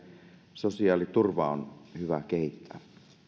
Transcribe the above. sosiaaliturvaa on hyvä kehittää